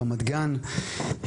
רמת גן,